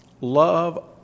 Love